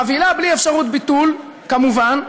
חבילה בלי אפשרות ביטול, כמובן,